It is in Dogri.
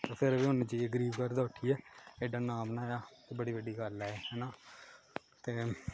फिर बी उ'नें जेइयै गरीब घर दा उट्ठियै एहडा नांऽ बनाया बड़ी बड्डी गल्ल ऐ है ना ते